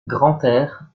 grantaire